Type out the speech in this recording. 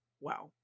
wow